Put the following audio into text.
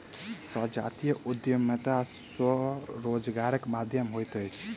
संजातीय उद्यमिता स्वरोजगारक माध्यम होइत अछि